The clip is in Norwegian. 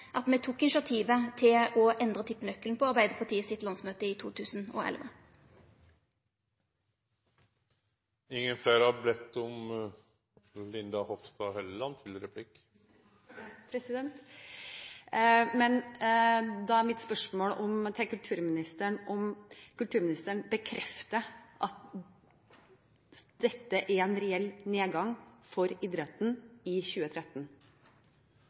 at me på Arbeidarpartiets landsmøte i 2011 tok initiativet til å endre tippenøkkelen. Da er mitt spørsmål til kulturministeren om hun vil bekrefte at det er en reell nedgang i overføringene til idretten i 2013.